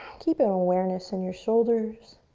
keep an awareness in your shoulders